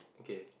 okay